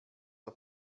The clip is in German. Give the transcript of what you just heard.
der